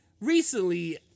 recently